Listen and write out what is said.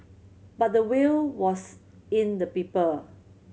but the will was in the people